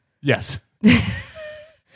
Yes